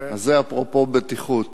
זה אפרופו בטיחות.